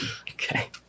Okay